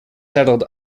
settled